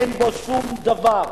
אין בו שום דבר.